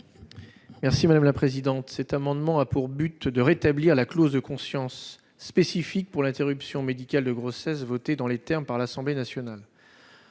M. Guillaume Chevrollier. Cet amendement a pour but de rétablir la clause de conscience spécifique pour l'interruption médicale de grossesse dans les termes votés par l'Assemblée nationale.